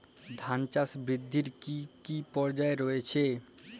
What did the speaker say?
ধান চাষ বৃদ্ধির কী কী পর্যায় রয়েছে?